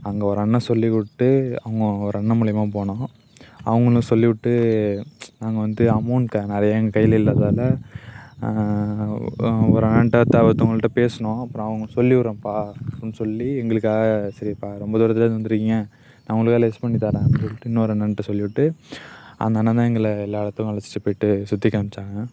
அங்கே ஒரு அண்ணன் சொல்லிவிட்டு அங்கே ஒரு அண்ணன் மூலயமாக போனோம் அவங்களும் சொல்லிவிட்டு நாங்கள் வந்து அமௌண்ட் நிறைய எங்கள் கையில இல்லாததால் ஒரு அண்ணன்கிட்ட ஒருத்தவங்கள்கிட்ட பேசினோம் அப்புறம் அவங்க சொல்லிவிடுறன்பா அப்படின்னு சொல்லி எங்களுக்காக சரிப்பா ரொம்ப தூரத்துலேருந்து வந்திருக்கீங்க நான் உங்களுக்காக லெஸ் பண்ணித் தர்றேன் அப்படின்னு சொல்லிட்டு இன்னொரு அண்ணன்கிட்ட சொல்லிவிட்டு அந்த அண்ணன்தான் எங்களை எல்லா இடத்துக்கும் அழைச்சிட்டு போய்ட்டு சுற்றி காமிச்சாங்க